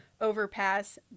overpass